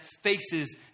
faces